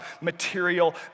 material